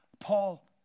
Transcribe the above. Paul